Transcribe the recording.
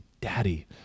Daddy